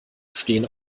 stehen